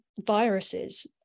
viruses